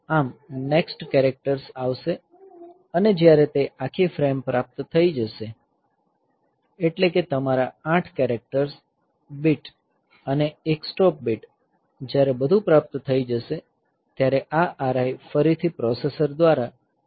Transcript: આમ next characters આવશે અને જ્યારે તે આખી ફ્રેમ પ્રાપ્ત થઈ જશે એટલે કે તમારા 8 કેરેક્ટર બિટ્સ અને 1 સ્ટોપ બિટ જ્યારે બધું પ્રાપ્ત થઈ જશે ત્યારે આ RI ફરીથી પ્રોસેસર દ્વારા રેઈઝ કરવામાં આવશે